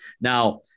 Now